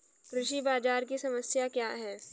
कृषि बाजार की समस्या क्या है?